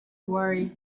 worry